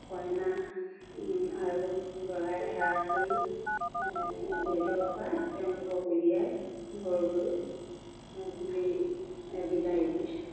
কইনা আৰু দৰাই সেৱা কৰি ভিতৰৰ পৰা তেওঁলোকক উলিয়াই ঘৰলৈ বুলি বিদায় দিয়ে